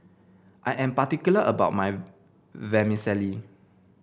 I am particular about my Vermicelli